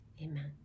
Amen